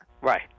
Right